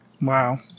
Wow